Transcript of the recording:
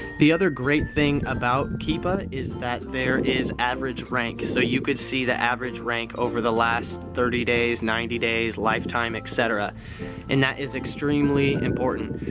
the other great thing about keepa is that there is average rank so you could see the average rank over the last thirty days, ninety days, lifetime etc and that is extremely important.